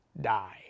die